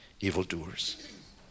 evildoers